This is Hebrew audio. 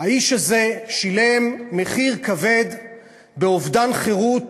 האיש הזה שילם מחיר כבד באובדן חירות